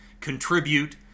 contribute